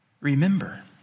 Remember